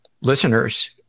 listeners